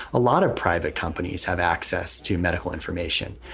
a lot of private companies have access to medical information.